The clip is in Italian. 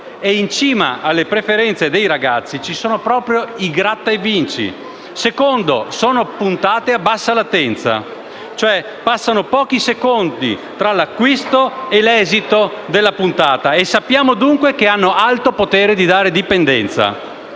in cima alle preferenze dei ragazzi ci sono proprio i gratta e vinci. In secondo luogo, sono puntate a bassa latenza, e cioè passano pochi secondi tra l'acquisto e l'esito della puntata, e sappiamo, dunque, che hanno alto potere di dare dipendenza.